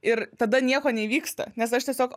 ir tada nieko neįvyksta nes aš tiesiog